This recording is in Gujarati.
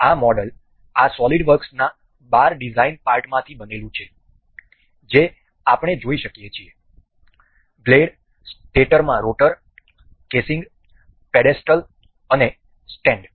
આ મોડેલ આ સોલિડ વર્ક્સના 12 ડિઝાઇન પાર્ટમાંથી બનેલું છે જે આપણે જોઈ શકીએ છીએ બ્લેડ સ્ટેટરમાં રોટર કેસીંગ પેડેસ્ટલ અને સ્ટેન્ડ